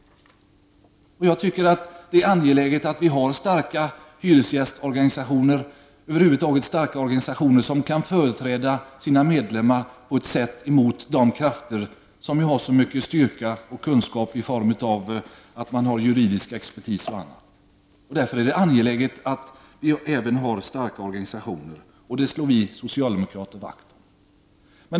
Jag tycker att det är angeläget att vi har starka hyresgästorganisationer och starka organisationer över huvud taget, som kan företräda sina medlemmar emot de krafter som har så mycket styrka och kunskap i form av juridisk expertis och annat. Därför är det angeläget att vi även har starka hyresgästorganisationer, och detta slår vi socialdemokrater vakt om.